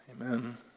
Amen